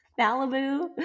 Malibu